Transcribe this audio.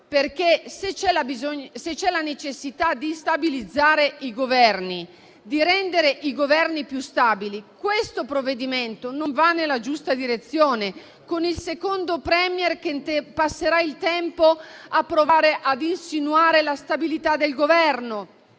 Se c'è la necessità di stabilizzare i Governi e di renderli più stabili, questo provvedimento non va nella giusta direzione, dal momento che il secondo *Premier* passerà il tempo a provare a insidiare la stabilità del Governo